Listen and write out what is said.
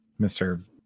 Mr